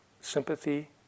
sympathy